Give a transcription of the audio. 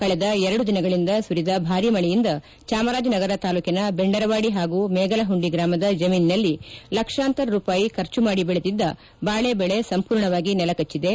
ಕಳೆದ ಎರಡು ದಿನಗಳಿಂದ ಸುರಿದ ಬಾರಿ ಮಳೆಯಿಂದ ಚಾಮರಾಜನಗರ ತಾಲೂಕಿನ ಬೆಂಡರವಾದಿ ಹಾಗೂ ಮೇಗಲಹುಂದಿ ಗ್ರಾಮದ ಜಮೀನಿನಲ್ಲಿ ಲಕ್ಷಾಂತರ ರೂಪಾಯಿ ಖರ್ಚು ಮಾದಿ ಬೆಳೆದಿದ್ದ ಬಾಳೆ ಬೆಳೆ ಸಂಪೂರ್ಣವಾಗಿ ನೆಲಕಚ್ಚಿದೆ